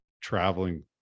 traveling